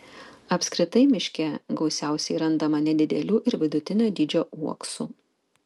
apskritai miške gausiausiai randama nedidelių ir vidutinio dydžio uoksų